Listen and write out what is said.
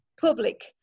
public